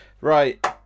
Right